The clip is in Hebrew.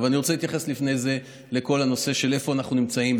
אבל לפני זה אני רוצה להתייחס לכל הנושא של איפה אנחנו נמצאים,